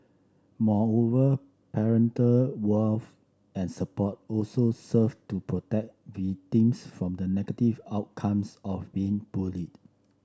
moreover parental warmth and support also serve to protect victims from the negative outcomes of being bullied